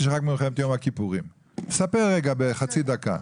ספר בחצי דקה.